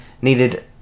needed